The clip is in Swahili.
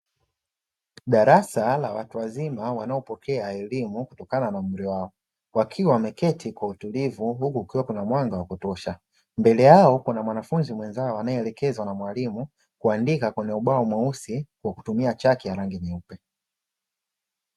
Darasa la watu wazima wanaopokea elimu kutokana na umri wao, wakiwa wameketi kwa utulivu, huku kukiwa kuna mwanga wa kutosha, mbele yao kuna mwanafunzi mwenzao anayeelekezwa na mwalimu kuandika kwenye ubao mweusi kwa kutumia chaki ya rangi nyeupe.